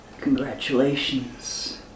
Congratulations